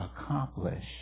accomplish